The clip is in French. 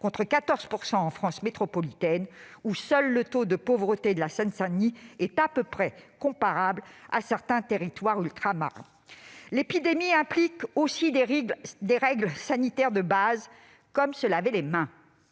contre 14 % en France métropolitaine, où seul le taux de pauvreté de la Seine-Saint-Denis est à peu près comparable à celui de certains territoires ultramarins. L'épidémie implique d'appliquer des règles sanitaires de base, comme se laver les mains.